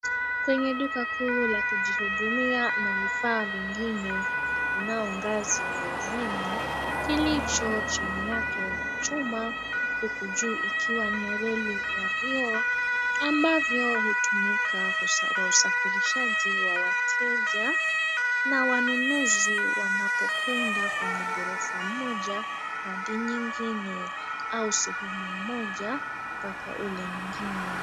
Kwenye duka kuu la kujihudumia na vifaa vingine, kunao ngazi ya umeme kilicho chini yake na chuma, huku juu ikiwa na reli ya vioo ambavyo hutumika kwa usafirishaji wa wateja na wanunuzi, wanapokwenda kwenye ghorofa moja hadi nyingine au sehemu moja mpaka ule mwingine.